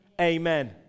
Amen